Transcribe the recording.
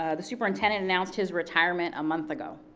ah the superintendent announced his retirement a month ago.